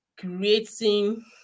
creating